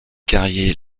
carrier